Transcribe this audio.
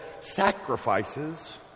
sacrifices